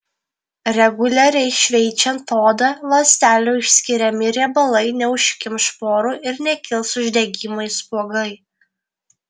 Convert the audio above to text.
reguliariai šveičiant odą ląstelių išskiriami riebalai neužkimš porų ir nekils uždegimai spuogai